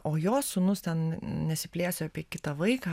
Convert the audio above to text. o jo sūnus ten nesiplėsiu apie kitą vaiką